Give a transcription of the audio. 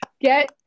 get